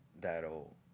that'll